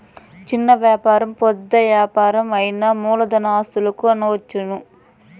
చిన్న వ్యాపారం పెద్ద యాపారం అయినా మూలధన ఆస్తులను కనుక్కోవచ్చు